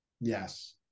Yes